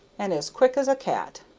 and as quick as a cat.